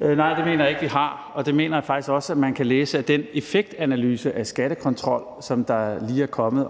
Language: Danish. (EL): Nej, det mener jeg ikke vi har, og det mener jeg faktisk også man kan læse af den effektanalyse af skattekontrol, som lige er kommet.